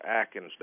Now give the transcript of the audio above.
Atkins